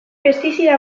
pestizida